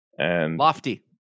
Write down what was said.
Lofty